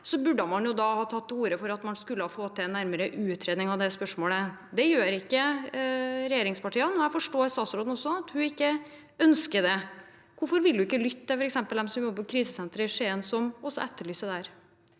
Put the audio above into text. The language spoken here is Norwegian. er, burde man jo ha tatt til orde for å få en nærmere utredning av dette spørsmålet. Det gjør ikke regjeringspartiene, og jeg forstår statsråden sånn at hun ikke ønsker det. Hvorfor vil hun ikke lytte til f.eks. dem som jobber på krisesenteret i Skien, som også etterlyser dette?